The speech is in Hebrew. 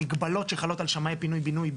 המגבלות שחלות על שמאיי פינוי בינוי,